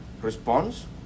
response